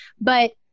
but-